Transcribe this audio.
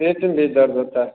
पेट में भी दर्द होता है